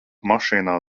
mašīnā